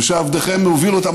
ושעבדכם הוביל אותם,